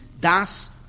das